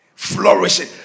Flourishing